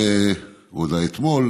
אולי אתמול,